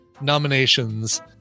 nominations